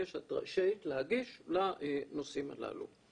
יש את רשאית להגיש לנושאים הללו.